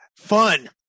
Fun